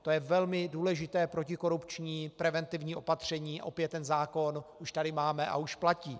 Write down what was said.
To je velmi důležité protikorupční preventivní opatření, opět ten zákon už tady máme a už platí.